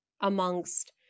amongst